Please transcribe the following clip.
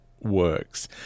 works